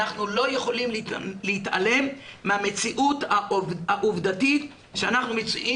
אנחנו לא יכולים להתעלם מהמציאות העובדתית שאנחנו מצויים